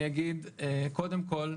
אני אגיד קודם כל,